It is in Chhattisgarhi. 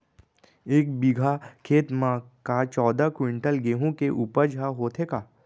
एक बीघा खेत म का चौदह क्विंटल गेहूँ के उपज ह होथे का?